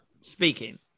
speaking